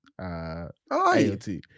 AOT